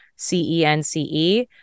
C-E-N-C-E